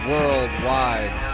worldwide